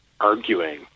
arguing